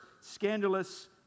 scandalous